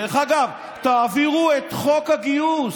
דרך אגב, תעבירו את חוק הגיוס,